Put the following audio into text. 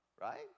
right